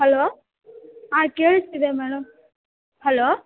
hello ಹಾಂ ಕೇಳಿಸ್ತಿದೆ madam hello